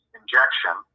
injection